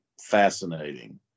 fascinating